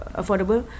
affordable